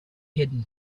hidden